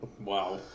Wow